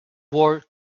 wore